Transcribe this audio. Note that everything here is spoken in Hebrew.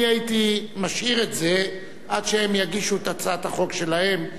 אני הייתי משאיר את זה עד שהם יגישו את הצעת החוק שלהם,